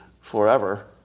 forever